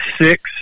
six